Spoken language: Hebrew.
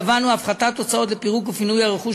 קבענו הפחתת הוצאות על פירוק ופינוי הרכוש